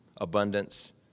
abundance